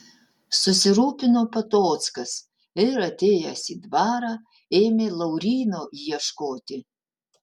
susirūpino patockas ir atėjęs į dvarą ėmė lauryno ieškoti